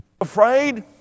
afraid